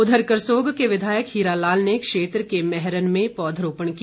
उघर करसोग के विधायक हीरा लाल ने क्षेत्र के मैहरन में पौधरोपण किया